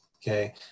Okay